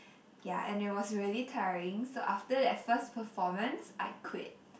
ya and it was really tiring so after that first performance I quit